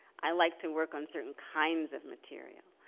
i like to work on certain kinds of material.